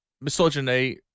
misogyny